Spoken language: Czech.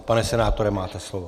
Pane senátore, máte slovo.